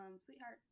sweetheart